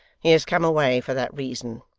he has come away for that reason